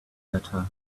letter